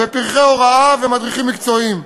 פרחי הוראה ומדריכים מקצועיים.